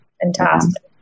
Fantastic